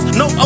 no